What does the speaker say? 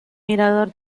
mirador